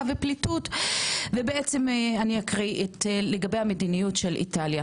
ופליטות ובעצם אני אקריא לגבי המדיניות של איטליה,